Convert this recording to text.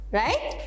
right